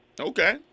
Okay